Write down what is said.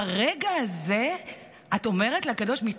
ברגע הזה את אומרת לקדוש ברוך הוא,